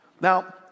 Now